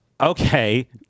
Okay